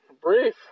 Brief